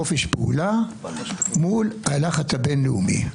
חופש פעולה מול הלחץ הבין-לאומי.